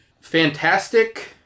Fantastic